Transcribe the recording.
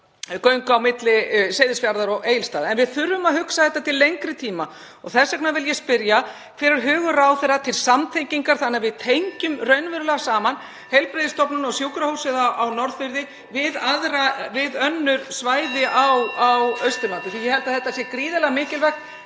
göng milli Seyðisfjarðar og Egilsstaða. En við þurfum að hugsa þetta til lengri tíma og þess vegna vil ég spyrja: Hver er hugur hæstv. ráðherra til samtengingar þannig að við tengjum raunverulega saman heilbrigðisstofnanir og sjúkrahúsið á Norðfirði við önnur svæði á Austurlandi? Ég held að það sé gríðarlega mikilvægt,